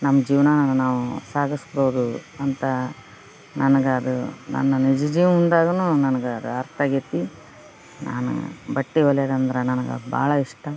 ನಮ್ಮ ಜೀವನನ ನಾವು ಸಾಗಸ್ಬೋದು ಅಂತ ನನ್ಗ ಅದು ನನ್ನ ನಿಜ ಜೀವನಾಗೂನು ನನ್ಗ ಅದು ಅರ್ಥಾಗೈತಿ ನಾನು ಬಟ್ಟೆ ಹೊಲಿಯೋದು ಅಂದ್ರ ನನ್ಗ ಭಾಳ ಇಷ್ಟ